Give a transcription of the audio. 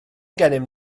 gennym